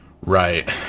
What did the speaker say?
Right